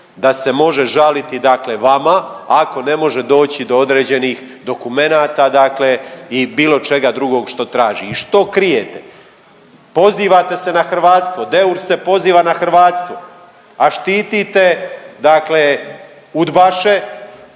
da se može žaliti vama, ako ne može doći do određenih dokumenta i bilo čega drugog što traži i što krijete? Pozivate se na hrvatstvo, Deur se poziva na hrvatstvo, a štite dakle udbaše,